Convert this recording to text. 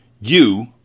You